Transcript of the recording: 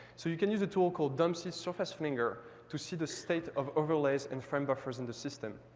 so you can use a tool called dumpsys surface flinger to see the state of overlays and frame buffers in the system.